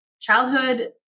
childhood